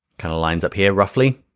kind of lines up here roughly.